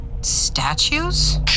statues